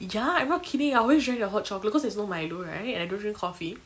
ya I'm not kidding I always drink their hot chocolate cause there's no milo right and I don't drink coffee